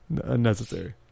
unnecessary